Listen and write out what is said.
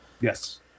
Yes